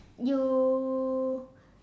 you